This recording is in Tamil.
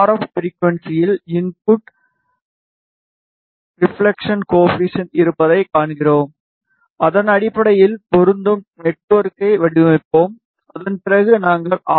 எஃப் ஃபிரிகுவன்ஸியில் இன்புட் ரெபிலெக்சன் கோஏபிசிஎண்டாக இருப்பதை காண்கிறோம் அதன் அடிப்படையில் பொருந்தும் நெட்வொர்க்கை வடிவமைப்போம் அதன் பிறகு நாங்கள் ஆர்